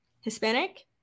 Hispanic